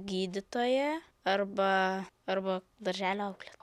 gydytoja arba arba darželio aukle